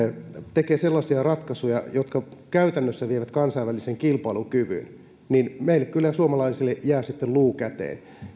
tekee sellaisia ratkaisuja jotka käytännössä vievät kansainvälisen kilpailukyvyn niin kyllä meille suomalaisille jää sitten luu käteen